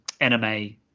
anime